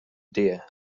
deer